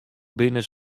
binne